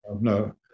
no